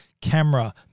camera